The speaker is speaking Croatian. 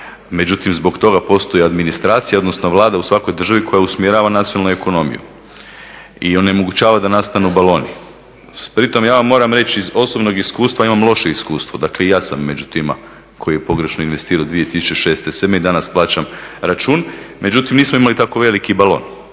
Međutim zbog toga postoji administracija odnosno vlada u svakoj državi koja usmjerava nacionalnu ekonomiju i onemogućava da nastanu baloni. Pri tom ja vam moram reći iz osobnog iskustva imam loše iskustvo, dakle i ja sam među tima koji je pogrešno investirao 2006. … danas plaćam račun, međutim nismo imali tako veliki balon.